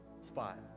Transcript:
spot